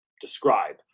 describe